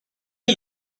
est